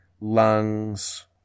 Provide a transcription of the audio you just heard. lungs